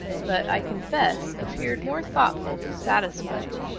but, i confess, appeared more thoughtful than satisfied.